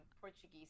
portuguese